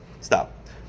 Stop